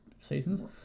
seasons